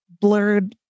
blurred